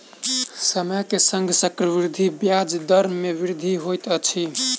समय के संग चक्रवृद्धि ब्याज दर मे वृद्धि होइत अछि